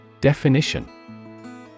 Definition